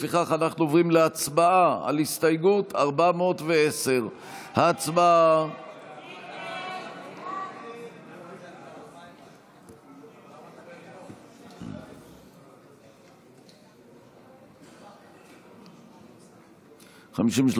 לפיכך אנחנו עוברים להצבעה על הסתייגות 410. הצבעה.